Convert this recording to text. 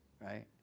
right